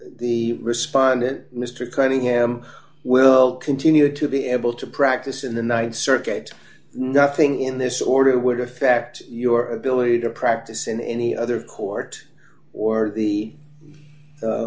the respondent mr cunningham will continue to be able to practice in the th circuit nothing in this order would affect your ability to practice in any other court or d the